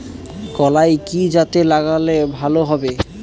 কলাই কি জাতে লাগালে ভালো হবে?